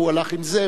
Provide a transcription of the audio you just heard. והוא הלך עם זה,